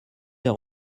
d’un